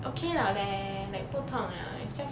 okay liao leh like 不痛 liao it's just